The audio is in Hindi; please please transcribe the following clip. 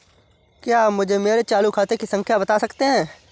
क्या आप मुझे मेरे चालू खाते की खाता संख्या बता सकते हैं?